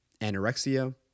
anorexia